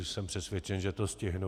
Jsem přesvědčen, že to stihnu.